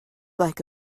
like